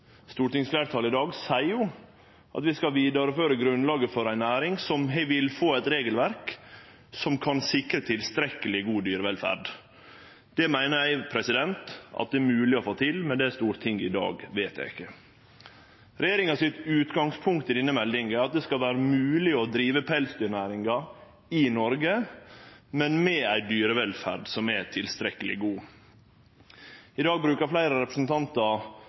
Stortingsfleirtalet i dag seier at vi skal vidareføre grunnlaget for ei næring som vil få eit regelverk som kan sikre tilstrekkeleg god dyrevelferd. Dette meiner eg det er mogleg å få til med det Stortinget i dag vedtek. Regjeringas utgangspunkt i denne meldinga er at det skal vere mogleg å drive pelsdyrnæring i Noreg, men med ei dyrevelferd som er tilstrekkeleg god. I dag brukar fleire representantar